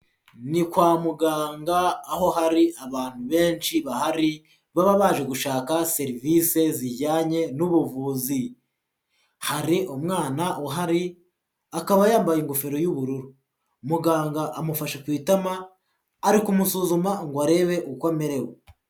Ni kwa muganga aho hari abantu benshi bahari, baba baje gushaka serivise zijyanye n'ubuvuzi. Hari umwana uhari akaba yambaye ingofero y'ubururu. Muganga amufasha ku itama ari kumusuzuma ngo arebe uko amererewe.